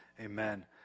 amen